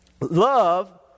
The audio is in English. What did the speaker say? love